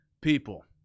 people